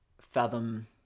fathom